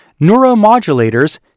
neuromodulators